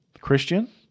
Christian